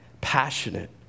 passionate